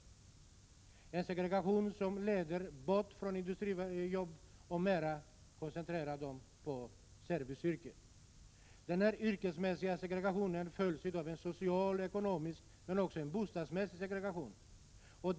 Det är en segregation som leder bort från industrijobb och över till en koncentration på serviceyrken. Denna yrkesmässiga segregation följs av en social, ekonomisk och även bostadsmässig segregation.